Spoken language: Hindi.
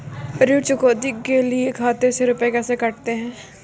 ऋण चुकौती के लिए खाते से रुपये कैसे कटते हैं?